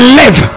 live